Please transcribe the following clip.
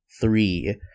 three